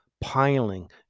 piling